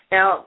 Now